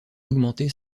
augmenter